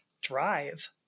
drive